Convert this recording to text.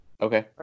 Okay